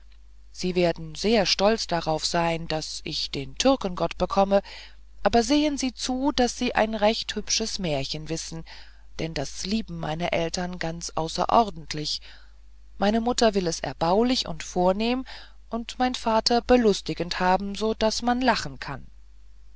sie werden sehr stolz darauf sein daß ich den türkengott bekomme aber sehen sie zu daß sie ein recht hübsches märchen wissen denn das lieben meine eltern ganz außerordentlich meine mutter will es erbaulich und vornehm und mein vater belustigend haben sodaß man lachen kann